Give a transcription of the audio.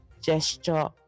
gesture